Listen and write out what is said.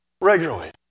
Regularly